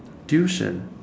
tuition